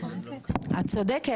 את צודקת.